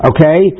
Okay